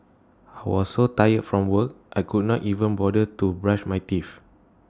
was so tired from work I could not even bother to brush my teeth